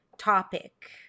topic